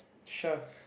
sure